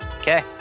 Okay